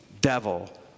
devil